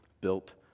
built